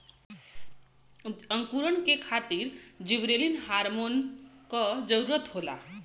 अंकुरण के खातिर जिबरेलिन हार्मोन क जरूरत होला